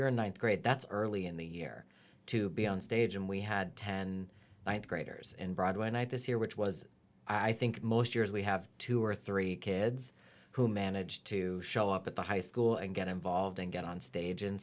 you're a ninth grade that's early in the year to be on stage and we had ten and ninth graders and broadway and i this year which was i think most years we have two or three kids who managed to show up at the high school and get involved and get on stage and